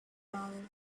daughter